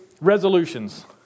resolutions